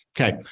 Okay